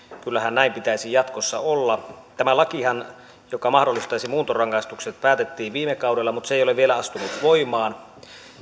kyllähän näin pitäisi jatkossa olla tämä lakihan joka mahdollistaisi muuntorangaistukset päätettiin viime kaudella mutta se ei ole vielä astunut voimaan